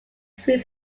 speed